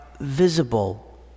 visible